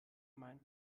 mein